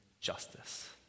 justice